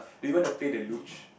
do you want play the Luge